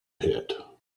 pit